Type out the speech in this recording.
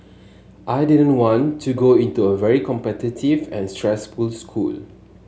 I didn't want to go into a very competitive and stressful school